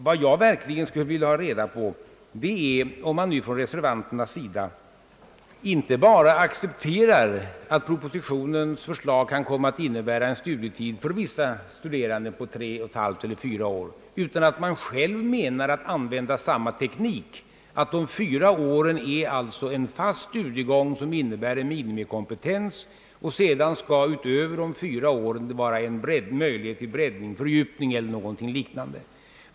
Vad jag verkligen skulle vilja ha reda på är, om reservanterna inte bara accepterar att propositionens förslag kan komma att innebära en studietid för vissa studerande på tre och ett halvt eller fyra år, utan dessutom själva avser att använda samma teknik, d.v.s. att de fyra åren är en fast studiegång, som innebär en minimikompetens, och att det sedan utöver dessa fyra år skall finnas en möjlighet till breddning, fördjupning eller något liknande.